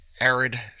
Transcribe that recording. arid